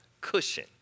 cushion